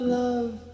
love